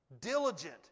diligent